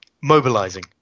mobilizing